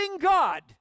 God